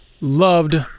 loved